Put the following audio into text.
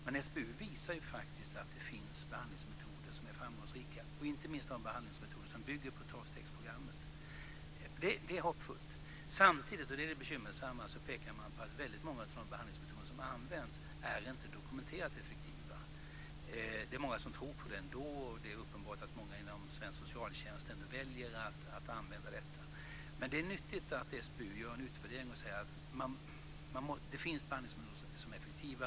Men SBU visar faktiskt att det finns behandlingsmetoder som är framgångsrika. Det gäller inte minst de behandlingsmetoder som bygger på tolvstegsprogrammet. Det är hoppfullt. Samtidigt, och det är det bekymmersamma, pekar man på att väldigt många av de behandlingsmetoder som används inte är dokumenterat effektiva. Det är många som tror på dem ändå. Det är uppenbart att många inom svensk socialtjänst ändå väljer att använda dem. Men det är nyttigt att SBU gör en utvärdering och visar att det finns behandlingsmetoder som är effektiva.